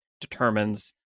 determines